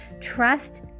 Trust